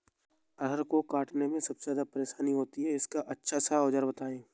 अरहर को काटने में सबसे ज्यादा परेशानी होती है इसका अच्छा सा औजार बताएं?